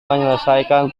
menyelesaikan